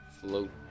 float